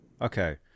Okay